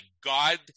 God